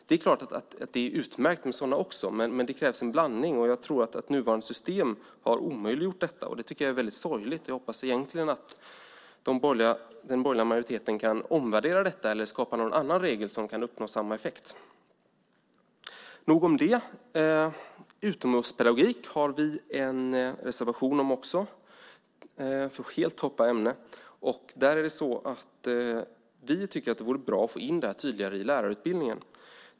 Det är utmärkt med sådana också, men det krävs en blandning. Jag tror att nuvarande system har omöjliggjort detta. Det är sorgligt. Jag hoppas att den borgerliga majoriteten kan omvärdera detta eller skapa en annan regel så att det går att uppnå samma effekt. Jag hoppar helt i ämnena. Vi har en reservation om utomhuspedagogik. Vi tycker att det borde vara bra att få in det tydligare i lärarutbildningen.